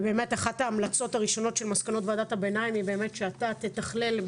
ובאמת אחת ההמלצות הראשונות של מסקנות ועדת הביניים היא שאתה תתכלל,